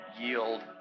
yield